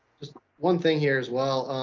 just one thing here, as well.